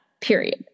period